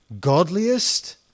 godliest